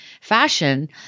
fashion